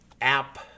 app